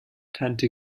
tante